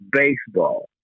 baseball